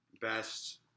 best